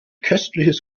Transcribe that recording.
köstliches